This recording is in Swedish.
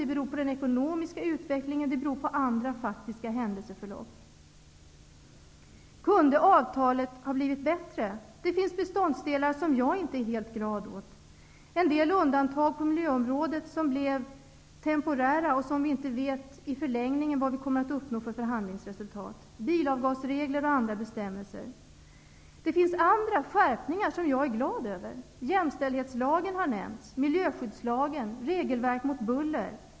Det beror på den ekonomiska utvecklingen. Det beror på andra, faktiska händelseförlopp. Kunde avtalet ha blivit bättre? Det finns beståndsdelar som jag inte är helt glad åt: en del undantag på miljöområdet som blev temporära -- i en förlängning vet vi inte vilka förhandlingsresultat vi där kommer att uppnå --, bilavgasregler och andra bestämmelser. Men det finns också skärpningar som jag är glad över. Jämställdhetslagen har nämnts. Vidare gäller det miljöskyddslagen och regelverk för buller.